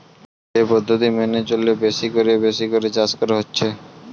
যে পদ্ধতি মেনে চলে বেশি কোরে বেশি করে চাষ করা হচ্ছে